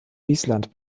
wiesland